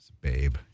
Babe